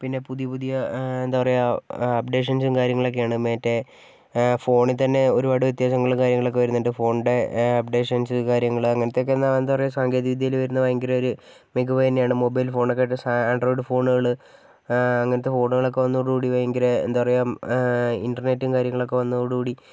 പിന്നെ പുതിയ പുതിയ എന്താ പറയാ അപ്ഡേഷൻസും കാര്യങ്ങളക്കെയാണ് മറ്റേ ഫോണീൽ തന്നെ ഒരുപാട് വ്യത്യാസങ്ങളും കാര്യങ്ങളൊക്കെ വരുന്നുണ്ട് ഫോണിൻറ്റെ അപ്ഡേഷൻസ് കാര്യങ്ങൾ അങ്ങനത്തൊക്കേ എന്നാ എന്താ പറയാ സാങ്കേതികവിദ്യയിൽ വരുന്ന ഭയങ്കര ഒരു മികവ് തന്നെയാണ് മൊബൈൽ ഫോണൊക്കെ ആൻഡ്രോയിഡ് ഫോണുകൾഅങ്ങനത്തെ ഫോണുകളക്കെ വന്നതോട് കൂടി ഭയങ്കര എന്താ പറയാ ഇൻറ്റർനെറ്റും കാര്യങ്ങളൊക്കെ വന്നതോട് കൂടി